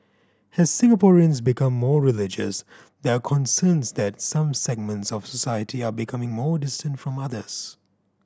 as Singaporeans become more religious there are concerns that some segments of society are becoming more distant from others